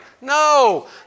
No